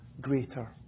greater